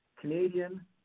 Canadian